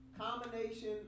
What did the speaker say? combination